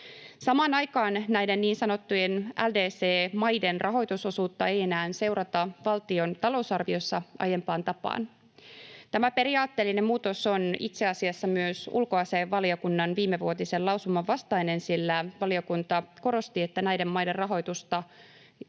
Samaan aikaan näiden niin sanottujen LDC-maiden rahoitusosuutta ei enää seurata valtion talousarviossa aiempaan tapaan. Tämä periaatteellinen muutos on itse asiassa myös ulkoasiainvaliokunnan viimevuotisen lausuman vastainen, sillä valiokunta korosti, että näiden maiden rahoituksen